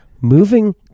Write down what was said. moving